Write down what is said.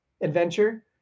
adventure